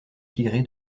tigré